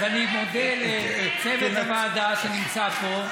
אז אני מודה לצוות הוועדה שנמצא פה,